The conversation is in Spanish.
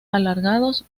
alargados